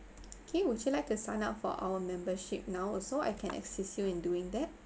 okay would you like to sign up for our membership now also I can assist you in doing that